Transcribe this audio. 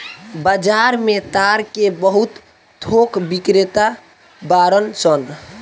बाजार में ताड़ के बहुत थोक बिक्रेता बाड़न सन